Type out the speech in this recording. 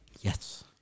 Yes